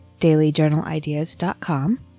dailyjournalideas.com